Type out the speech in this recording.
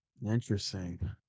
Interesting